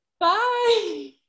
Bye